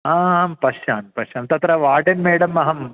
आं पश्यामि पश्यामि तत्र वार्डन् मेडम् अहं